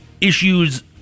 issues